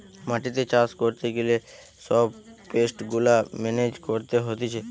মাটিতে চাষ করতে গিলে সব পেস্ট গুলা মেনেজ করতে হতিছে